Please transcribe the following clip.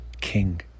king